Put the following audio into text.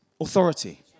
authority